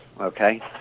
okay